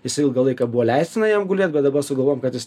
jis ilgą laiką buvo leistina jam gulėt bet daba sugalvojom kad jis